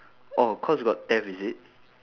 oh cause got theft is it